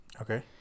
Okay